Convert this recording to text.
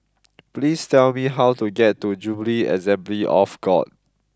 please tell me how to get to Jubilee Assembly of God